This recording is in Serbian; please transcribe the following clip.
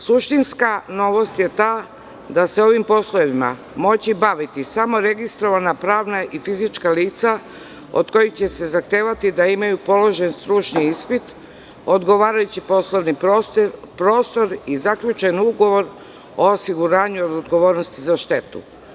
Suštinska novost je ta da će se ovim poslovima moći baviti samo registrovana pravna i fizička lica, od kojih će se zahtevati da imaju položen stručni ispit, odgovarajući poslovni prostor i zaključen ugovor o osiguranju i odgovornosti za štetu.